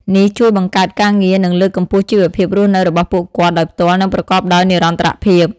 នេះជួយបង្កើតការងារ និងលើកកម្ពស់ជីវភាពរស់នៅរបស់ពួកគាត់ដោយផ្ទាល់និងប្រកបដោយនិរន្តរភាព។